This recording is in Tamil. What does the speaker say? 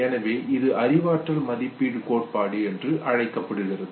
எனவே இது அறிவாற்றல் மதிப்பீடு கோட்பாடு என்று அழைக்கப்படுகிறது